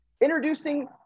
Introducing